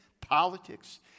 politics